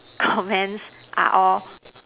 comments are all